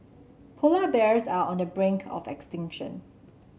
polar bears are on the brink of extinction